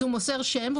הוא מוסר שם,